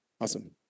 Awesome